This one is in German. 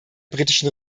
britischen